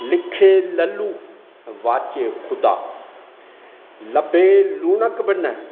लिखे ललू वाचे ख़ुदा लभे लूणकु बि न